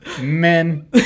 men